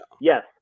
yes